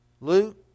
Luke